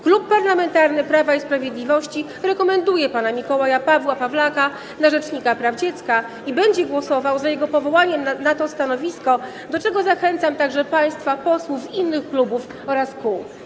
Klub Parlamentarny Prawo i Sprawiedliwość rekomenduje pana Mikołaja Pawła Pawlaka na rzecznika praw dziecka i będzie głosował za jego powołaniem na to stanowisko, do czego zachęcam także państwa posłów z innych klubów oraz kół.